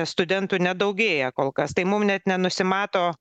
studentų nedaugėja kol kas tai mum net nenusimato